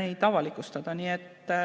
neid avalikustada. Siin